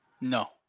No